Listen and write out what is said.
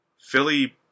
Philly